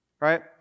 Right